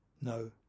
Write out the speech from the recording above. No